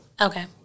Okay